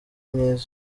myiza